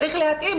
צריך להתאים,